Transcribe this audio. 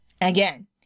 Again